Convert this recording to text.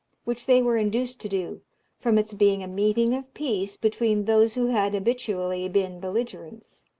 which they were induced to do from its being a meeting of peace between those who had habitually been belligerents.